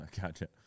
Gotcha